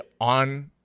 On